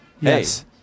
Yes